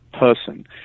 person